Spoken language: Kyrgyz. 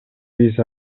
биз